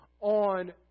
on